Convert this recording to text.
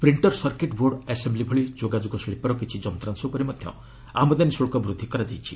ପ୍ରିଣ୍ଣର୍ circuit board assembly ଭଳି ଯୋଗାଯୋଗ ଶିଳ୍ପର କିଛି ଯନ୍ତ୍ରାଂଶ ଉପରେ ମଧ୍ୟ ଆମଦାନୀ ଶୁଳ୍କ ବୃଦ୍ଧି କରାଯାଇଛି